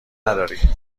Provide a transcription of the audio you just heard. نداری